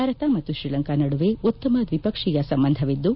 ಭಾರತ ಮತ್ತು ಶ್ರೀಲಂಕಾ ನಡುವೆ ಉತ್ತಮ ದ್ವಿಪಕ್ಷೀಯ ಸಂಬಂಧವಿದ್ದು